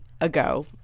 ago